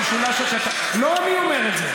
במשולש הקטן, לא אני אומר את זה.